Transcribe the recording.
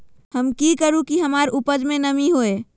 हम की करू की हमार उपज में नमी होए?